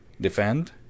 Defend